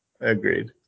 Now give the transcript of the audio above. agreed